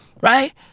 Right